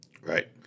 Right